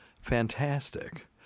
fantastic